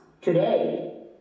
today